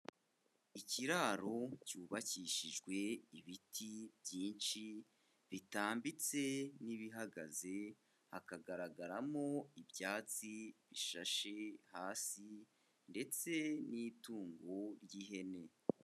Ikiraro cyubakishijwe ibiti byinshi bitambitse n'ibihagaze, hakagaragaramo ibyatsi bishashe hasi ndetse n'itungo ry'ihene.